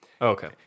Okay